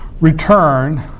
return